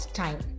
time